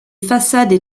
façades